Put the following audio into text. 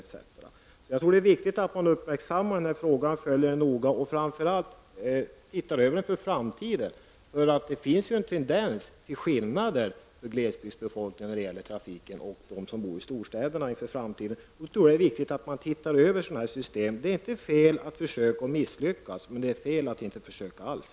Jag tror att det är viktigt att man följer den här frågan noga och framför allt ser över den med tanke på framtiden. Det finns ju en tendens att det uppstår skillnader mellan glesbygd och storstäder när det gäller trafiken. Därför tror jag att det är viktigt att man ser över systemen. Det är inte fel att försöka och misslyckas, men det är fel att inte försöka alls.